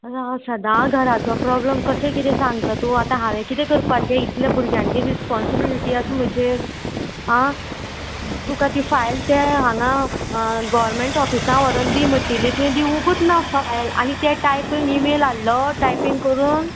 सादां घराचो प्रोब्लम कशें किदें सांगता तूं आतां हांवें किदें करपाचें इतलें भुरग्यांची रिस्पोन्सिबिलिटी आसा म्हजेर आं तुका ती फायल तें हांगा गोवोरमेंट ऑफिसां व्हरोन दी म्हटली तुवें दिवंकूत ना फायल आनी तें टायप इमेल हाडलो टायपींग करून